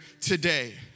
today